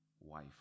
wife